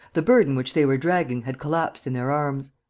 the burden which they were dragging had collapsed in their arms.